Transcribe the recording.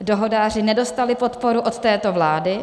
Dohodáři nedostali podporu od této vlády.